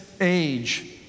age